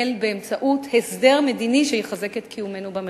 באמצעות הסדר מדיני שיחזק את קיומנו במרחב.